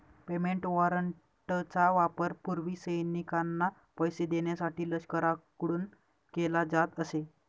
payment वॉरंटचा वापर पूर्वी सैनिकांना पैसे देण्यासाठी लष्कराकडून केला जात असे